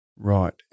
Right